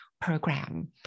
program